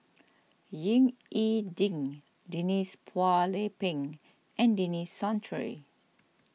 Ying E Ding Denise Phua Lay Peng and Denis Santry